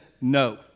no